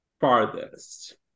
farthest